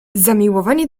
zamiłowanie